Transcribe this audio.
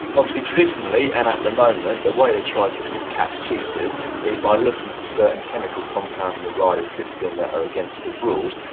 obviously traditionally and at the moment the way they try to catch cheaters is by looking for certain chemical compounds in a rider's system that are against the rules.